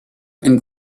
and